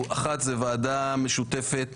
אחת זו ועדה משותפת